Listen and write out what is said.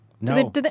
No